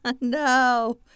No